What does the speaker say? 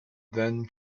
then